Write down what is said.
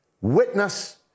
Witness